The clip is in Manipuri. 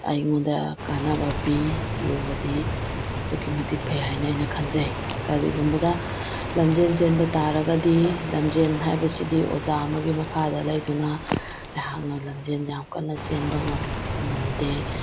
ꯑꯩꯉꯣꯟꯗ ꯀꯥꯟꯅꯕ ꯄꯤ ꯌꯣꯒꯥꯗꯤ ꯑꯗꯨꯛꯀꯤ ꯃꯇꯤꯛ ꯐꯩ ꯍꯥꯏꯅ ꯑꯩꯅ ꯈꯟꯖꯩ ꯀꯔꯤꯒꯨꯝꯕꯗ ꯂꯝꯖꯦꯜ ꯆꯦꯟꯕ ꯇꯥꯔꯒꯗꯤ ꯂꯝꯖꯦꯜ ꯍꯥꯏꯕꯁꯤꯗꯤ ꯑꯣꯖꯥ ꯑꯃꯒꯤ ꯃꯈꯥꯗ ꯂꯩꯗꯨꯅ ꯑꯩꯍꯥꯛꯅ ꯂꯝꯖꯦꯜ ꯌꯥꯝ ꯀꯟꯅ ꯆꯦꯟꯕ ꯉꯝꯗꯦ